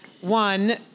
one